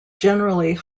generally